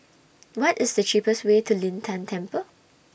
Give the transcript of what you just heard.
What IS The cheapest Way to Lin Tan Temple